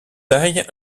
taille